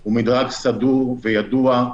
הוא מדרג סדור וידוע,